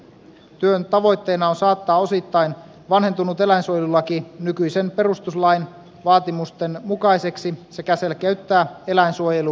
työn tavoitteena on saattaa osittain vanhentunut eläinsuojelulaki nykyisen perustuslain vaatimusten mukaiseksi sekä selkeyttää eläinsuojelulainsäädäntöä